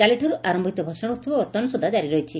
କାଲିଠାରୁ ଆର ହୋଇଥିବା ଭସାଶ ଉହବ ବର୍ଉମାନ ସୁଦ୍ଧା ଜାରି ରହିଛି